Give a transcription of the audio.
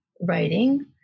writing